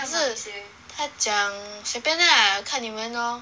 可是她讲随便啊看你们 lor